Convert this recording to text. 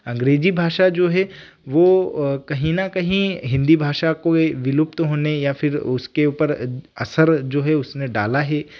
अंग्रेजी भाषा जो है वो कहीं ना कहीं हिंदी भाषा को ये विलुप्त होने या फिर उसके उपर असर जो है उसने डाला है